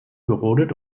gerodet